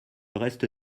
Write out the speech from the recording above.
reste